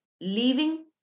leaving